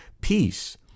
peace